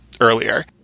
earlier